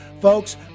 folks